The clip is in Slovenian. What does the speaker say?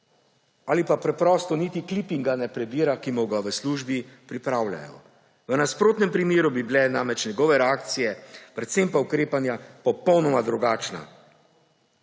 ali pa preprosto ne prebira niti Klipinga, ki mu ga v službi pripravljajo. V nasprotnem primeru bi bile namreč njegove reakcije, predvsem pa ukrepanja popolnoma drugačna.